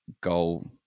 goal